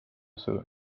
usu